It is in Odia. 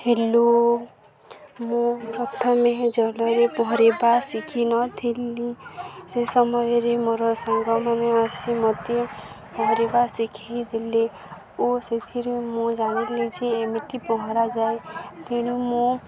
ହ୍ୟାଲୋ ମୁଁ ପ୍ରଥମେ ଜଳରେ ପହଁରିବା ଶିଖିନଥିଲି ସେ ସମୟରେ ମୋର ସାଙ୍ଗମାନେ ଆସି ମୋତେ ପହଁରିବା ଶିଖାଇ ଦେଲେ ଓ ସେଥିରେ ମୁଁ ଜାଣିଲି ଯେ ଏମିତି ପହଁରାଯାଏ ତେଣୁ ମୁଁ